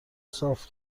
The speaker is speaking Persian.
صاف